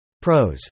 Pros